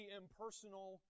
impersonal